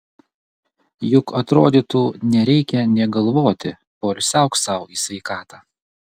juk atrodytų nereikia nė galvoti poilsiauk sau į sveikatą